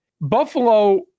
Buffalo